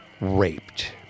raped